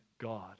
God